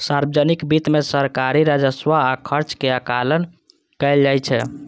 सार्वजनिक वित्त मे सरकारी राजस्व आ खर्च के आकलन कैल जाइ छै